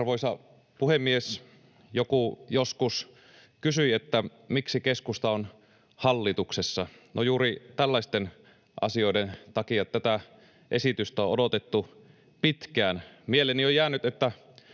Arvoisa puhemies! Joku joskus kysyi, miksi keskusta on hallituksessa. No, juuri tällaisten asioiden takia. Tätä esitystä on odotettu pitkään. Mieleeni on jäänyt,